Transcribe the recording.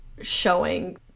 showing